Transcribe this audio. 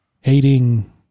hating